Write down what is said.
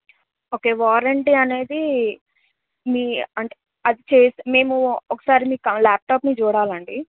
okay warranty అనేది మీ అంటే అది చేసి మేము ఒకసారి మీ క ల్యాప్టాప్ని చూడాలండి